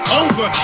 over